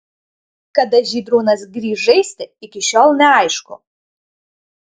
kada žydrūnas grįš žaisti iki šiol neaišku